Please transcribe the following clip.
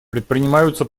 предпринимаются